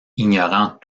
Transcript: ignorant